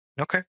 Okay